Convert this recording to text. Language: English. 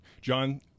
John